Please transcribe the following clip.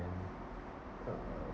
then uh